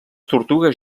tortugues